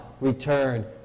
return